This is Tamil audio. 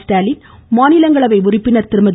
ஸ்டாலின் மாநிலங்களவை உறுப்பினர் திருமதி